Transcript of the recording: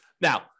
Now